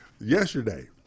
Yesterday